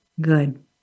Good